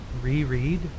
reread